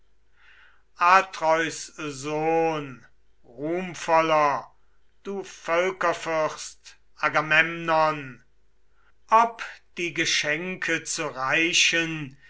atreus sohn ruhmvoller du völkerfürst agamemnon ob die geschenke zu reichen